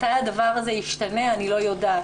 מתי הדבר הזזה ישתנה אני לא יודעת.